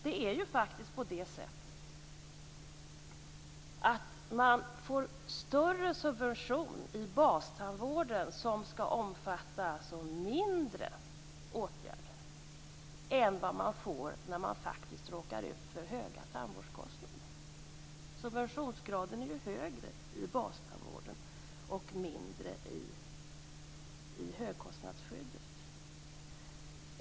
Det är ju faktiskt på det sättet att man får större subvention i bastandvården, som skall omfatta mindre åtgärder, än vad man får när man råkar ut för höga tandvårdskostnader. Subventionsgraden är ju högre i bastandvården och mindre i högkostnadsskyddet.